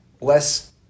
less